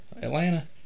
Atlanta